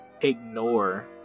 ignore